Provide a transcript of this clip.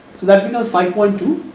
so, that because five point two.